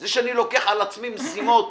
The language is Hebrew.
זה שאני לוקח על עצמי משימות,